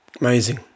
Amazing